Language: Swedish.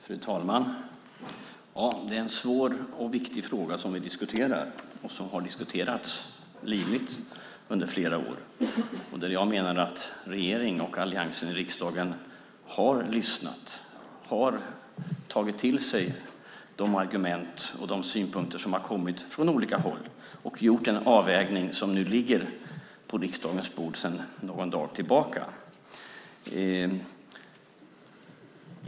Fru talman! Det är en svår och viktig fråga som vi diskuterar och som har diskuterats livligt under flera år. Jag menar att regeringen och alliansen i riksdagen har lyssnat och tagit till sig de argument och synpunkter som har kommit från olika håll och gjort en avvägning som nu ligger på riksdagens bord sedan någon dag tillbaka.